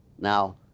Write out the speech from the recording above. Now